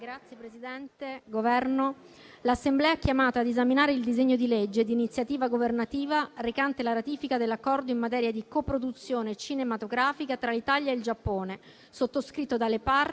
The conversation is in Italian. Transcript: Signor Presidente, Governo, l'Assemblea è chiamata ad esaminare il disegno di legge di iniziativa governativa recante la ratifica dell'Accordo in materia di coproduzione cinematografica tra l'Italia e il Giappone, sottoscritto dalle parti